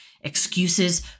excuses